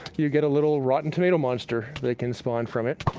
you get a little rotten tomato monster they can spawn from it.